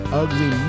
ugly